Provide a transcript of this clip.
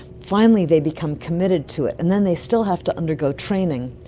finally they become committed to it, and then they still have to undergo training.